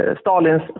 Stalin's